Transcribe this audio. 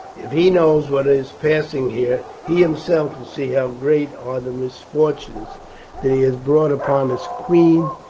if he knows what is passing here he himself will see how great are the misfortunes that he has brought upon his queen,